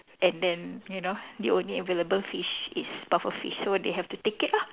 and then you know the only available fish is a pufferfish so they have to take it ah